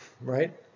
right